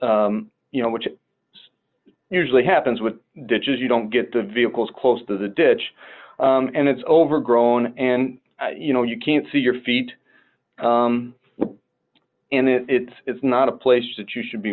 you know which usually happens with ditches you don't get the vehicles close to the ditch and it's overgrown and you know you can't see your feet and it's it's not a place that you should be